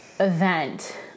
event